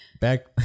Back